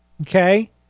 Okay